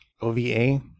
O-V-A